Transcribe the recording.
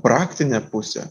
praktinę pusę